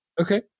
Okay